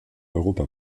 europa